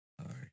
Sorry